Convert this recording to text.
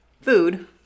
food